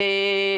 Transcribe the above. פעולה.